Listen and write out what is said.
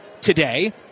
Today